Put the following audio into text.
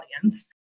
audience